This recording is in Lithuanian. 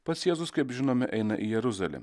pats jėzus kaip žinome eina į jeruzalę